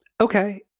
okay